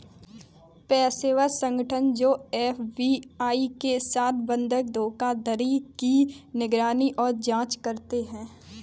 पेशेवर संगठन जो एफ.बी.आई के साथ बंधक धोखाधड़ी की निगरानी और जांच करते हैं